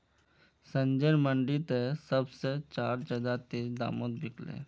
संजयर मंडी त सब से चार ज्यादा तेज़ दामोंत बिकल्ये